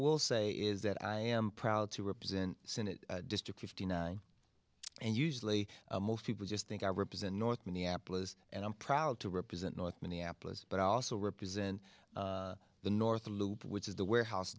will say is that i am proud to represent senate district fifty nine and usually most people just think i represent north minneapolis and i'm proud to represent north minneapolis but i also represent the north loop which is the warehouse